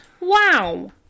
Wow